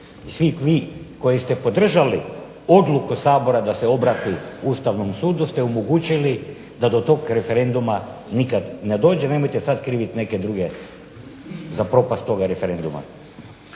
vi koji ste podržali odluku Sabora da se obrati Ustavnom sudu ste omogućili da do tog referenduma nikad ne dođe. Nemojte sad kriviti neke druge za propast toga referenduma.